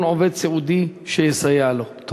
עובד סיעודי שיסייע לו גם אם אינו מבוטח?